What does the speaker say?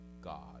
God